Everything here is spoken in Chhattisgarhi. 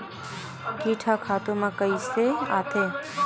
कीट ह खातु म कइसे आथे?